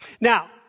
Now